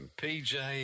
PJ